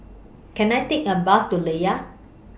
Can I Take A Bus to Layar